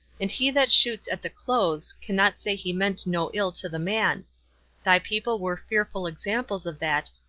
and he that shoots at the clothes cannot say he meant no ill to the man thy people were fearful examples of that,